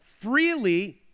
Freely